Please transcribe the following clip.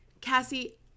Cassie